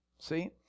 see